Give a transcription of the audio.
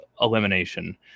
elimination